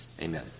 amen